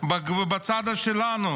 בצד שלנו.